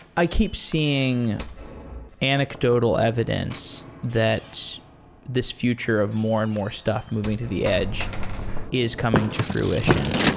i keep seeing anecdotal evidence that this future of more and more stuff moving to the edge is coming to fruition,